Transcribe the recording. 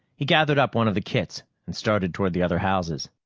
he gathered up one of the kits and started toward the other houses.